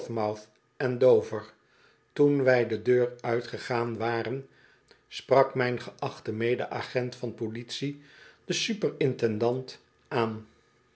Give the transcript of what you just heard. en dover toen wij de deur uitgegaan waren sprak mijn geachte medeagent van politie den super intendant aan